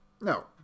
No